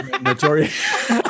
Notorious